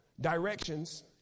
directions